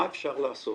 מה אפשר לעשות,